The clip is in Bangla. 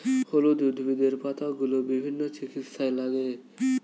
হলুদ উদ্ভিদের পাতাগুলো বিভিন্ন চিকিৎসায় লাগে